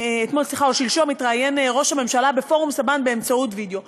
שלשום התראיין ראש הממשלה בפורום סבן באמצעות וידיאו